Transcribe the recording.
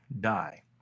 die